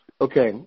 Okay